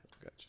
Gotcha